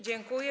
Dziękuję.